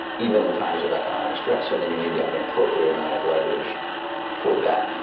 even in times of economic stress. and then you need to have an appropriate amount of leverage for that